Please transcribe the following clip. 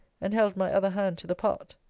and held my other hand to the part.